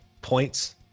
points